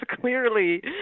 clearly